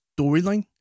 storyline